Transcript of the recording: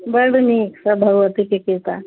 बड्ड नीक सब भगवतीके किरपा